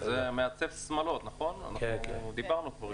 אנחנו לא אויבים של הלקוחות.